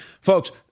folks